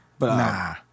nah